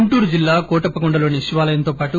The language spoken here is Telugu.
గుంటూరు జిల్లాలోని కోటప్పకొండలోని శివాలయంతో పాటు